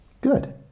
Good